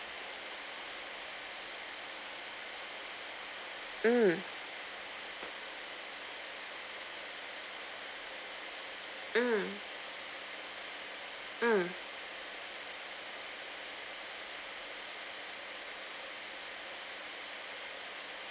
mm mm mm